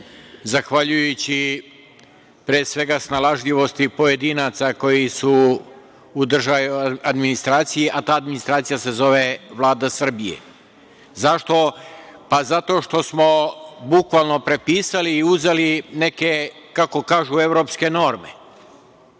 zahvaljujući, pre svega, snalažljivosti pojedinaca koji su u državnoj administraciji, a ta administracija se zove Vlada Srbije. Zašto? Pa, zato što smo bukvalno prepisali i uzeli neke, kako kažu, evropske norme